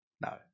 No